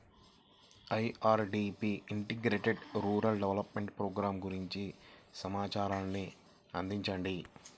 IRDP integrated rural development programme గురించి సమాచారాన్ని అందించండి?